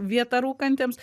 vieta rukantiems